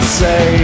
say